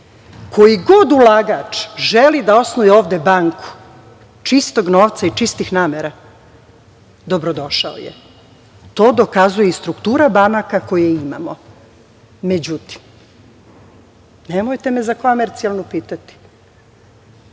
kod ulagač želi da osnuje ovde banku, čistog novca i čistih namera, dobrodošao je. To dokazuje i struktura banaka koje imamo. Međutim, nemojte me za „Komercijalnu“ pitati,